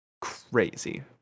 crazy